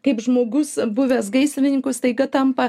kaip žmogus buvęs gaisrininku staiga tampa